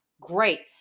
Great